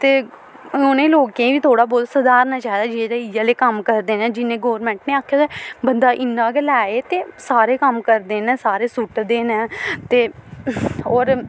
ते उ'नें लोकें गी बी थोह्ड़ा बहुत सधारना चाहिदा जेह्ड़े इ'यै लेह् कम्म करदे न जि'नें गौरमैंट ने आक्खे दा बंदा इन्ना गै लै ते सारे कम्म करदे न सारे सुट्टदे न ते होर